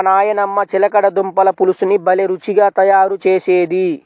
మా నాయనమ్మ చిలకడ దుంపల పులుసుని భలే రుచిగా తయారు చేసేది